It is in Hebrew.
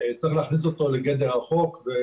צריך להכניס אותו לגדר החוק.